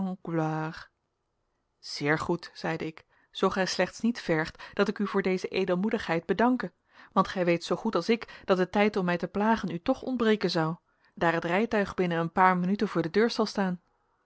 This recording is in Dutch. gloire zeer goed zeide ik zoo gij slechts niet vergt dat ik u voor deze edelmoedigheid bedanke want gij weet zoogoed als ik dat de tijd om mij te plagen u toch ontbreken zou daar het rijtuig binnen een paar minuten voor de deur zal staan